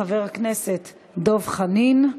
חבר הכנסת דב חנין,